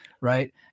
Right